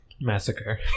massacre